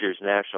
National